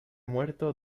muerto